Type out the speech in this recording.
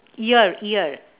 ear ear